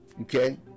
Okay